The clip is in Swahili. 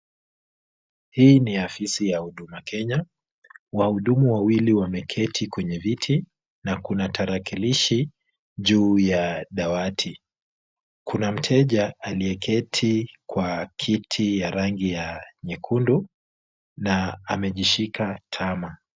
Hii ni afisi ya Huduma Kenya. Wahudumu wawili wameketi kwenye viti na kuna tarakilishi juu ya dawati. Kuna mteja aliyeketi kwa kiti ya rangi ya nyekundu na amejishika tama.